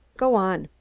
go on.